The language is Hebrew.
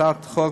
בהצעת החוק,